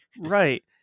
Right